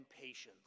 patience